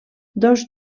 dos